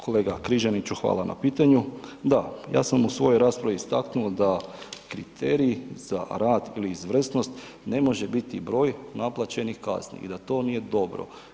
Kolega Križaniću, hvala na pitanju, da ja sam u svojoj raspravi istaknuo da kriterij za rad ili izvrsnost ne može biti broj naplaćenih kazni i da to nije dobro.